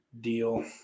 deal